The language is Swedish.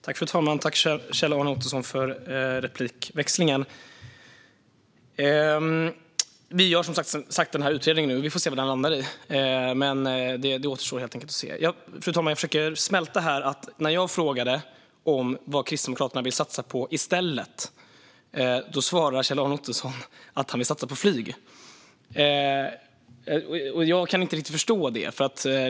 Fru talman! Jag tackar Kjell-Arne Ottosson för replikväxlingen. Vi gör som sagt denna utredning nu, och vi får se vad den landar i. Det återstår helt enkelt att se. Fru talman! Jag försöker smälta att när jag frågar vad Kristdemokraterna vill satsa på i stället svarar Kjell-Arne Ottosson att han vill satsa på flyg. Jag kan inte riktigt förstå det.